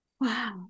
wow